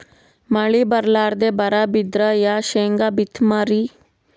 ಮಳಿ ಬರ್ಲಾದೆ ಬರಾ ಬಿದ್ರ ಯಾ ಶೇಂಗಾ ಬಿತ್ತಮ್ರೀ?